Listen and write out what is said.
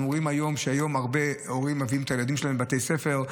אנחנו רואים שהיום הרבה הורים מביאים את הילדים שלהם לבתי ספר,